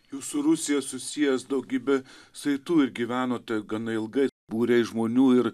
jūs su rusija susijęs daugybe saitų ir gyvenote gana ilgai būriai žmonių ir